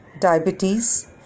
diabetes